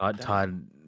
Todd